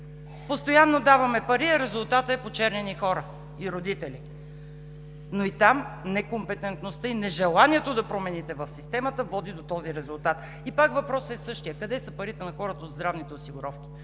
„Постоянно даваме пари, а резултатът е почернени хора и родители.“ Но и там некомпетентността и нежеланието да промените системата води до този резултат. Пак въпросът е същият: къде са парите на хората от здравните осигуровки?